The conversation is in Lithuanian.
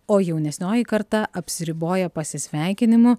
o jaunesnioji karta apsiriboja pasisveikinimu